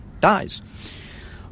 dies